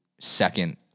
second